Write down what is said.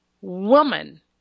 woman